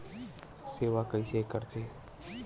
सेवा कइसे करथे?